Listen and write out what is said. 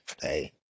Hey